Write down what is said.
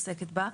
עוסקת בה.